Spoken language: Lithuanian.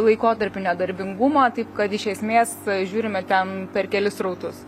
laikotarpiu nedarbingumą taip kad iš esmės žiūrime ten per kelis srautus